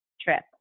trip